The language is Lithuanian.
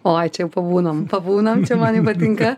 oi čia jau pabūnam pabūnam čia man jau patinka